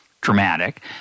dramatic